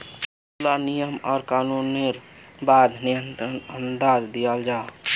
बहुत ला नियम आर कानूनेर बाद निर्यात अंजाम दियाल जाहा